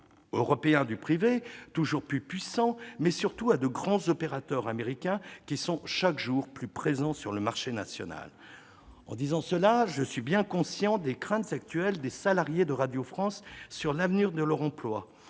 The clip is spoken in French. européens du privé toujours plus puissants, mais surtout, à deux grands opérateurs américains qui sont chaque jour plus présents sur le marché national. Je suis toutefois conscient des craintes actuelles des salariés de Radio France quant à l'avenir de leur emploi.